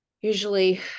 usually